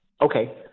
Okay